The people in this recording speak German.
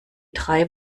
drei